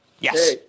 Yes